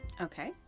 Okay